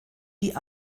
die